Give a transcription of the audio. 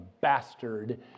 bastard